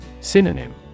Synonym